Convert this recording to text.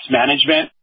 management